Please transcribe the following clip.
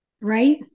right